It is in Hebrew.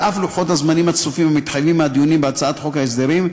על אף לוחות הזמנים הצפופים המתחייבים מהדיונים בהצעת חוק ההסדרים,